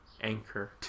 anchor